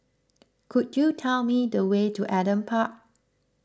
could you tell me the way to Adam Park